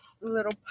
little